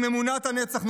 עם אמונת הנצח,